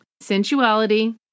sensuality